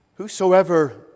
Whosoever